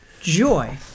joy